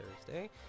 Thursday